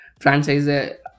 franchise